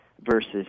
versus